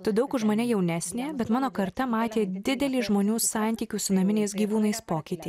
tu daug už mane jaunesnė bet mano karta matė didelį žmonių santykių su naminiais gyvūnais pokytį